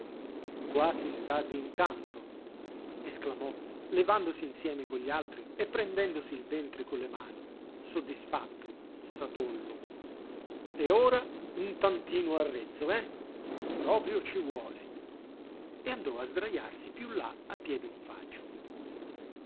qua si sta d'incanto esclamò levandosi insieme con gli altri e prendendosi il ventre con le mani soddisfatto satollo e ora un tantino al rezzo eh proprio ci vuole e andò a sdrajarsi piú là a piè d'un faggio